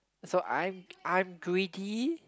so I'm I'm greedy